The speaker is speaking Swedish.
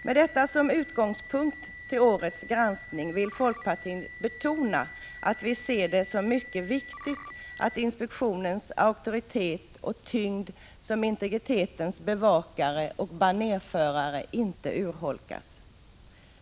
Med detta som utgångspunkt för årets granskning vill :; Dl ä : Granskning av statsråfolkpartiet betona att vi ser det som mycket viktigt att inspektionens dens ala å S ö Å ä é lens tjänsteutövni auktoritet och tyngd som integritetens bevakare och banerförare inte NN Ce m.m. urholkas.